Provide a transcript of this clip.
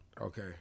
Okay